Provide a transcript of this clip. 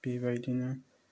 बेबायदिनो